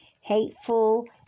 hateful